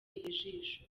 ijisho